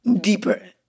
deeper